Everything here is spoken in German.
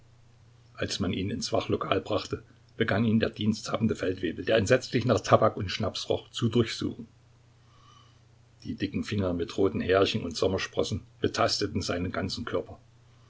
als man ihn ins wachlokal brachte begann ihn der diensthabende feldwebel der entsetzlich nach tabak und schnaps roch zu durchsuchen die dicken finger mit roten härchen und sommersprossen betasteten seinen ganzen körper